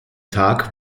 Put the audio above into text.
tag